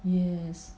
yes